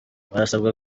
barasabwa